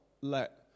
let